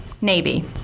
Navy